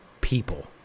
people